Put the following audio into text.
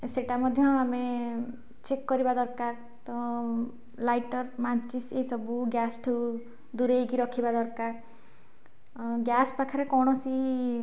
ଏ ସେଇଟା ମଧ୍ୟ ଆମେ ଚେକ୍ କରିବା ଦରକାର ତ ଲାଇଟର ମାର୍ଚିସ୍ ଏସବୁ ଗ୍ୟାସ୍ ଠୁ ଦୂରାଇକି ରଖିବା ଦରକାର ଗ୍ୟାସ୍ ପାଖରେ କୌଣସି